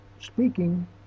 speaking